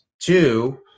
two